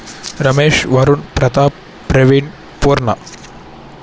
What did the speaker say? Ramesh Varun Pratap Praveen Purna